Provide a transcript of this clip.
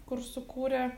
kur sukūrė